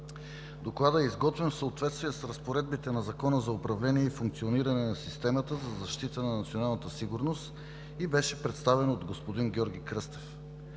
Докладът е изготвен в съответствие с разпоредбите на Закона за управление и функциониране на системата за защита на националната сигурност и беше представен от господин Георги Кръстев.